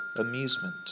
amusement